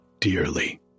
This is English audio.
dearly